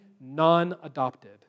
non-adopted